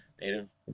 native